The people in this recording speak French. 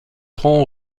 trop